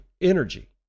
energy